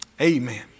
amen